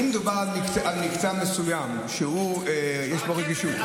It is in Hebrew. אבל תשובת ביניים: יש צוות מקצועי שהוקם לכל הנושא של גדרות בתחנות של